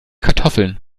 kartoffeln